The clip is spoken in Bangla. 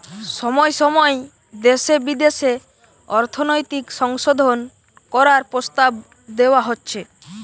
সময় সময় দেশে বিদেশে অর্থনৈতিক সংশোধন করার প্রস্তাব দেওয়া হচ্ছে